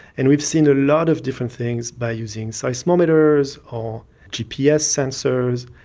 and we've seen a lot of different things by using seismometers or gps sensors,